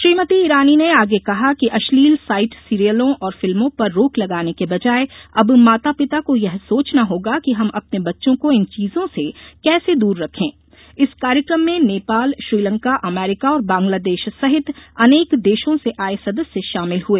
श्रीमती ईरानी ने आगे कहा कि अश्लील साइट सीरियलों और फिल्मों पर रोक लगाने के बजाय अब माता पिता को यह सोचना होगा कि हम अपने बच्चों को इन चीजों से कैसे दूर रखें इस कार्यक्रम में नेपाल श्रीलंका अमेरिका और बांग्लादेश सहित अनेक देशों से आये सदस्य शामिल हुए